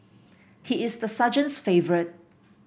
he is the sergeant's favourite